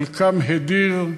חלקם ההדיר.